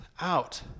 out